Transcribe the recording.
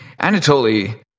Anatoly